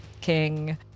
King